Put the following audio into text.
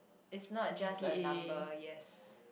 it's not just a number yes